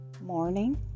morning